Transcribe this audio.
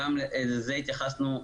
גם לזה התייחסנו,